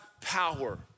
power